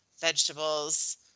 vegetables